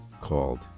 called